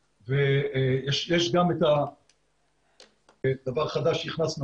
יש גם דבר חדש שהכנסנו,